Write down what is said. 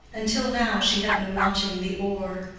until now she had been watching the oar.